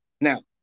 Now